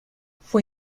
fue